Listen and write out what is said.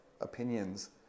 opinions